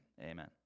amen